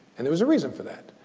and there was a reason for that.